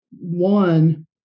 One